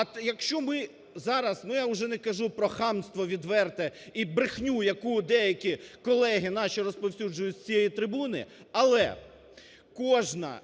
якщо ми зараз, ну я уже не кажу про хамство відверте і брехню, яку деякі колеги наші розповсюджують з цієї трибуни. Але кожна